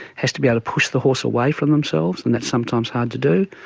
has to be able to push the horse away from themselves and that's sometimes hard to do.